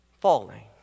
falling